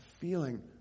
feeling